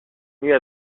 nuit